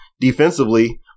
defensively